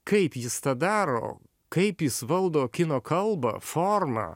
kaip jis tą daro kaip jis valdo kino kalba formą